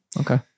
Okay